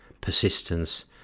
persistence